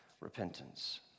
Repentance